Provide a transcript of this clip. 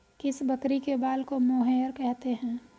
किस बकरी के बाल को मोहेयर कहते हैं?